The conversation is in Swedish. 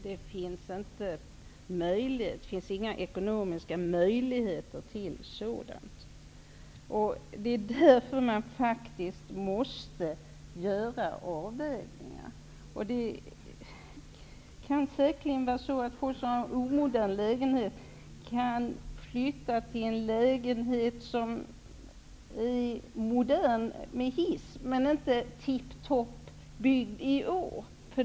Men det finns inga ekonomiska möjligheter till det. Därför måste man göra avvägningar. Det kan säkert vara så att de som bor i en omodern lägenhet kan flytta till en modern lägenhet med hiss som inte är byggd i år.